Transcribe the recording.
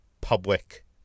public